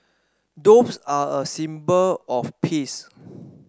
doves are a symbol of peace